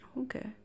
Okay